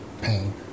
pain